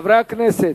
חברי הכנסת,